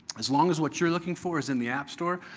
as long as what you're looking for is in the app store,